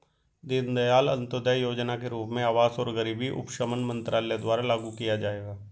दीनदयाल अंत्योदय योजना के रूप में आवास और गरीबी उपशमन मंत्रालय द्वारा लागू किया जाएगा